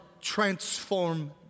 transform